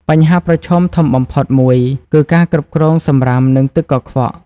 បញ្ហាប្រឈមធំបំផុតមួយ គឺការគ្រប់គ្រងសំរាមនិងទឹកកខ្វក់។